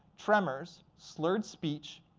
tremors, slurred speech,